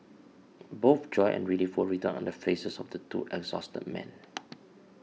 both joy and relief were written on the faces of the two exhausted men